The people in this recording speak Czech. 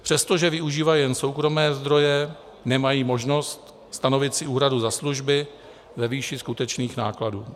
Přestože využívají jenom soukromé zdroje, nemají možnost stanovit si úhradu za služby ve výši skutečných nákladů.